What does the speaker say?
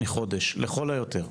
מחודש, לכל היותר.